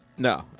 No